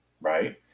right